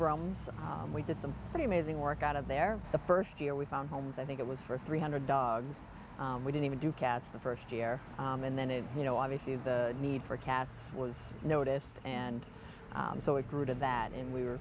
rooms we did some pretty amazing work out of there the first year we found homes i think it was for three hundred dogs we didn't even do cats the first year and then it you know obviously the need for cats was noticed and so it grew to that and we were